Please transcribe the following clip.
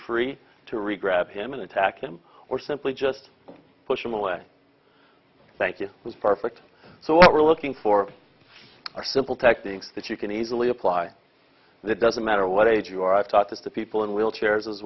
free to re grab him and attack him or simply just push him away thank you was perfect so what we're looking for are simple techniques that you can easily apply it doesn't matter what age you are i've taught this to people in wheelchairs as